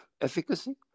efficacy